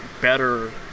better